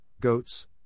goats